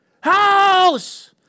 House